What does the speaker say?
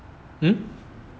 hmm